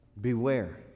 beware